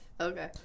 Okay